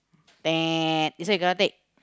this one you cannot take